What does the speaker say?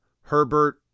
Herbert